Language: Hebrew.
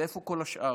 ואיפה כל השאר?